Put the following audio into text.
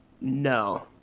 No